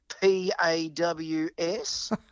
P-A-W-S